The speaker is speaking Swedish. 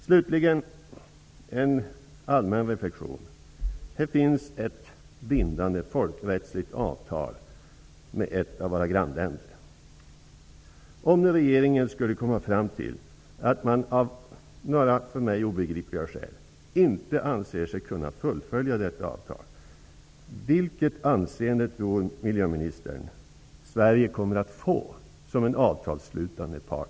Slutligen en allmän reflexion: Här finns ett bindande, folkrättsligt avtal med ett av våra grannländer. Om nu regeringen av några för mig obegripliga skäl inte skulle anse sig kunna fullfölja detta avtal -- vilket anseende tror miljöministern att Sverige då kommer att få som avtalsslutande part?